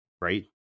right